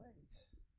place